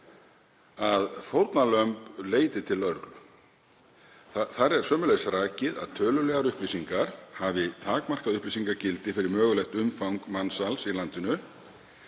að fórnarlömb leiti til lögreglu. Þar er sömuleiðis rakið að tölulegar upplýsingar hafi takmarkað upplýsingagildi fyrir mögulegt umfang mansals í landinu,